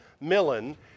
Millen